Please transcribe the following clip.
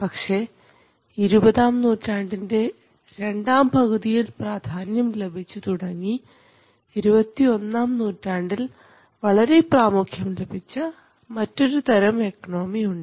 പക്ഷേ ഇരുപതാം നൂറ്റാണ്ട്ൻറെ രണ്ടാംപകുതിയിൽ പ്രാധാന്യം ലഭിച്ചു തുടങ്ങി ഇരുപത്തിയൊന്നാം നൂറ്റാണ്ടിൽ വളരെ പ്രാമുഖ്യം ലഭിച്ച മറ്റൊരുതരം എക്കണോമി ഉണ്ട്